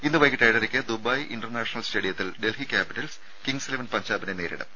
ഇന്ന് വൈകിട്ട് ഏഴരയ്ക്ക് ദുബായ് ഇന്റർ നാഷണൽ സ്റ്റേഡിയത്തിൽ ഡൽഹി ക്യാപിറ്റൽസ് കിംഗ്സ് ഇലവൻ പഞ്ചാബിനെ നേരിടും